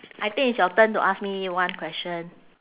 I think it's your turn to ask me one question